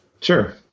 Sure